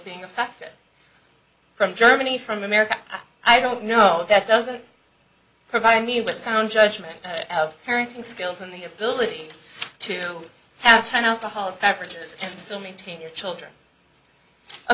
being affected from germany from america i don't know that doesn't provide me with sound judgment of parenting skills and the ability to have ten alcoholic beverages and still maintain your children